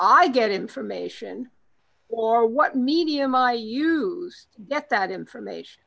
i get information or what medium i use get that information